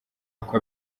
uko